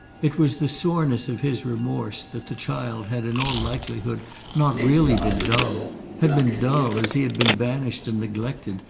it was the soreness of his remorse that the child had in all likelihood not really been dull had been dull, as he had been banished and neglected,